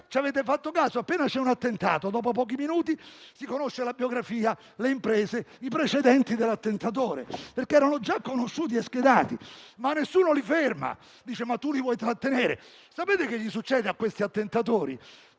Ci avete fatto caso? Appena c'è un attentato, dopo pochi minuti si conoscono la biografia, le imprese e i precedenti degli attentatori, perché erano già conosciuti e schedati. Nessuno però li ferma. Mi direte: «Ma tu li vuoi trattenere?». Sapete che cosa succede a questi attentatori?